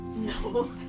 No